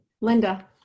linda